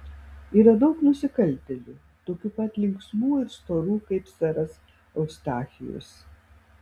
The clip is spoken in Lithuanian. yra daug nusikaltėlių tokių pat linksmų ir storų kaip seras eustachijus